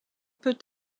peut